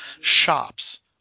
shops